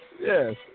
yes